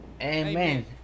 Amen